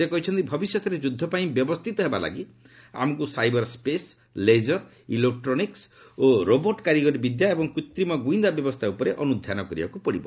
ସେ କହିଛନ୍ତି ଭବିଷ୍ୟତରେ ଯୁଦ୍ଧ ପାଇଁ ବ୍ୟବସ୍ଥିତ ହେବା ଲାଗି ଆମକୁ ସାଇବର ସ୍କେଶ୍ ଲେଜର ଇଲେକ୍ଟ୍ରୋନିକ୍ୱ ଓ ରୋବୋଟ୍ କାରିଗରୀ ବିଦ୍ୟା ଏବଂ କୁତ୍ରିମ ଗୁଇନ୍ଦା ବ୍ୟବସ୍ଥା ଉପରେ ଅନୁଧ୍ୟାନ କରିବାକୁ ପଡ଼ିବ